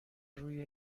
روی